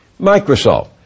Microsoft